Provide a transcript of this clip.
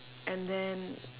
and then